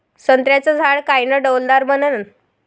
संत्र्याचं झाड कायनं डौलदार बनन?